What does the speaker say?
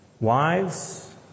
wives